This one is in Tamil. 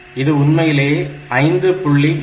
இது உண்மையிலேயே 5